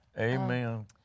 Amen